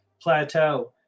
plateau